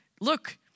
look